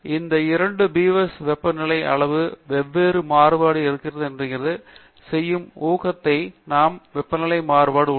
எனவே இந்த இரண்டு பீவர்ஸ் வெப்பநிலை அளவுகள் வெவ்வேறு மாறுபாடு இருந்து வந்திருக்கிறது என்று நாம் செய்யும் என்று ஊகத்தை சில நியாயம் உள்ளது